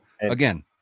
again